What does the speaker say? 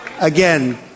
Again